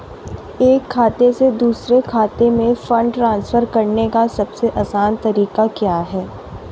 एक खाते से दूसरे खाते में फंड ट्रांसफर करने का सबसे आसान तरीका क्या है?